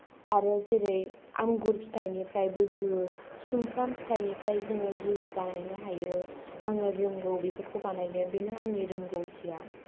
आरो जेरै आंगुर फिथाइनिफ्रायबो जुस सुमफ्राम फिथाइनिफ्राय जोङो जुस बानायनो हायो आङो रोंगौ बेफोरखौ बानायनो बेनो आंनि रोंगौथिआ